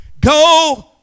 Go